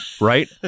right